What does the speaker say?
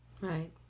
right